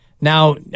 now